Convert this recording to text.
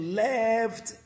left